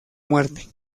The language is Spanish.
muerte